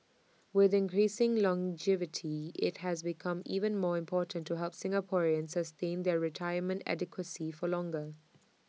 with increasing longevity IT has become even more important to help Singaporeans sustain their retirement adequacy for longer